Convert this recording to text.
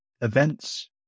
events